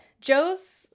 joe's